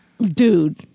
dude